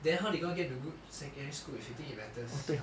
then how they gonna get into good secondary school if you think it matters